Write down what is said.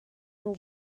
nhw